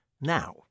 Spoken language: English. now